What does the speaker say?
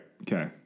okay